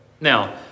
Now